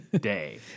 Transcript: day